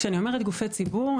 כשאני אומרת גופי ציבור,